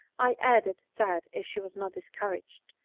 i added that, if she was not discouraged,